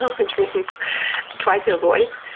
which means try to avoid.